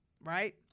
right